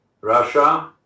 Russia